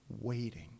waiting